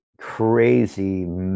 crazy